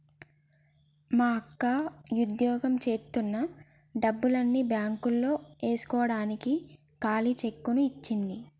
మా అక్క వుద్యోగం జేత్తన్న డబ్బుల్ని బ్యేంకులో యేస్కోడానికి ఖాళీ చెక్కుని ఇచ్చింది